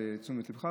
לתשומת ליבך,